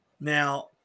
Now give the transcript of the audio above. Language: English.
Now